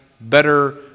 better